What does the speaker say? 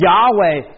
Yahweh